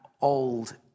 old